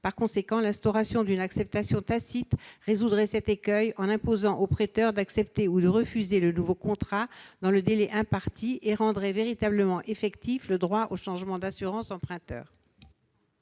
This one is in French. Par conséquent, l'instauration d'une acceptation tacite résoudrait cet écueil en imposant aux prêteurs d'accepter ou de refuser le nouveau contrat dans le délai imparti et rendrait véritablement effectif le droit au changement d'assurance emprunteur.